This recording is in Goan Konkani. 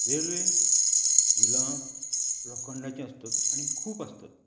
रेल्वे व्हिलां लोखंडाचे आसतात आनी खूब आसतात